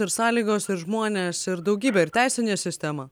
ir sąlygos ir žmonės ir daugybė ir teisinė sistema